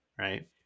Right